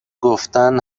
گفتن